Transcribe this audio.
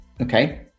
Okay